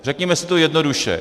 Řekněme si to jednoduše.